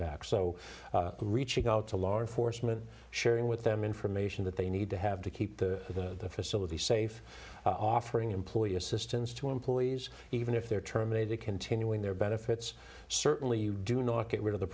back so reaching out to law enforcement sharing with them information that they need to have to keep the facility safe offering employee assistance to employees even if they're terminated continuing their benefits certainly you do not get rid of the